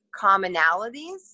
commonalities